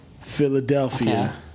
Philadelphia